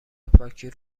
پاکی